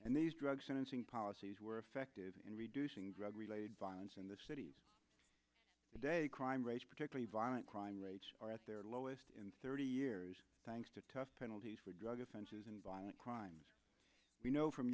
and these drug sentencing policies were effective in reducing drug related violence in the cities today crime rates particularly violent crime rates are at their lowest in thirty years thanks to tough penalties for drug offenses and violent crimes we know from